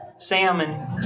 salmon